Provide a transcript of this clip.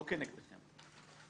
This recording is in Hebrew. לא כנגדכם.